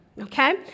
okay